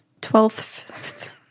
Twelfth